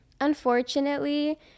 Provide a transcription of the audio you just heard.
unfortunately